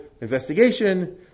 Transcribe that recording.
investigation